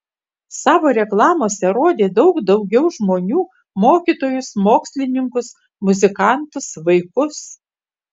savo reklamose rodė daug daugiau žmonių mokytojus mokslininkus muzikantus vaikus